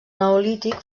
neolític